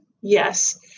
Yes